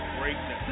greatness